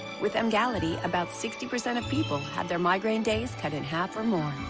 with emgality about sixty percent of people had their migraine days cut in half or more.